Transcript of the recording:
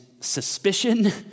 suspicion